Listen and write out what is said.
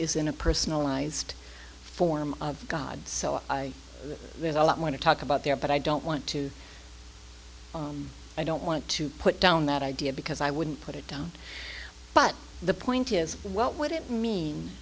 is in a personalized form god so i there's a lot more to talk about there but i don't want to i don't want to put down that idea because i wouldn't put it down but the point is what would it mean